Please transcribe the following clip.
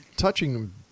Touching